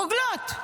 רוגלות.